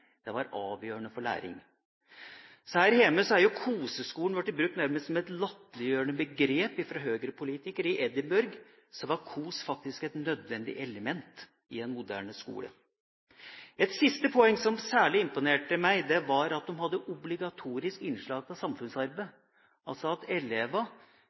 Det var avgjørende for læring. Her hjemme har «koseskole» nærmest vært brukt som et latterliggjørende begrep fra høyrepolitikere. I Edinburgh var kos faktisk et nødvendig element i en moderne skole. Et siste poeng som særlig imponerte meg, var at de hadde obligatorisk innslag av samfunnsarbeid, at